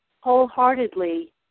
wholeheartedly